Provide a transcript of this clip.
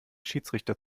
schiedsrichter